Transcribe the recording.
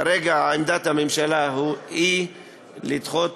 כרגע עמדת הממשלה היא לדחות